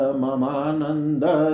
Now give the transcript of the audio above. mamananda